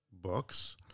books